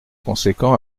conséquent